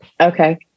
Okay